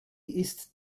ist